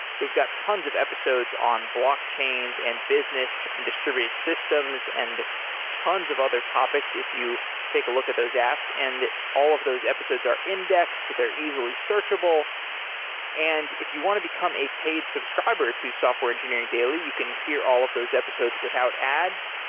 we've got tons of episodes on blockchains and business and distributed systems and tons of other topics if you take a look at those apps. and all of those episodes are indexed, they're easily searchable and if you want to become a paid subscriber to software engineering daily, you can hear all of those episodes without ads.